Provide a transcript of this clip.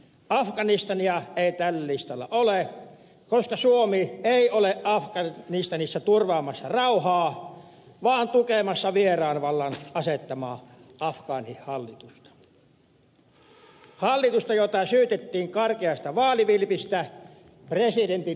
afganistania ei tällä listalla ole koska suomi ei ole afganistanissa turvaamassa rauhaa vaan tukemassa vieraan vallan asettamaa afgaanihallitusta hallitusta jota syytettiin karkeasta vaalivilpistä presidentinvaalien yhteydessä